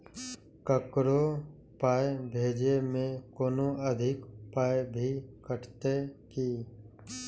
ककरो पाय भेजै मे कोनो अधिक पाय भी कटतै की?